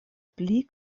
pli